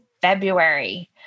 February